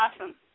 Awesome